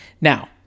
now